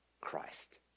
Christ